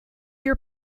your